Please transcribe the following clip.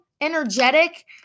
energetic